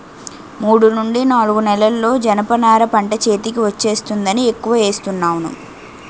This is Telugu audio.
మూడు నుండి నాలుగు నెలల్లో జనప నార పంట చేతికి వచ్చేస్తుందని ఎక్కువ ఏస్తున్నాను